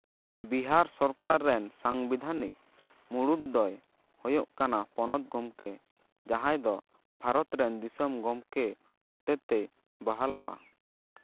ᱵᱤᱦᱟᱨ ᱥᱚᱨᱠᱟᱨ ᱨᱮᱱ ᱥᱟᱝᱵᱤᱫᱷᱟᱱᱤᱠ ᱢᱩᱲᱩᱫ ᱫᱚᱭ ᱦᱩᱭᱩᱜ ᱠᱟᱱᱟ ᱯᱚᱱᱚᱛᱵ ᱜᱚᱢᱠᱮ ᱡᱟᱦᱟᱸᱭ ᱫᱚ ᱵᱷᱟᱨᱚᱛ ᱨᱮᱱ ᱫᱤᱥᱚᱢ ᱜᱚᱢᱠᱮ ᱦᱚᱛᱮᱛᱮᱭ ᱵᱟᱦᱟᱞᱚᱜᱼᱟ